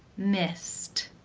missed,